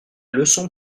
leçon